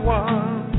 one